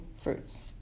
fruits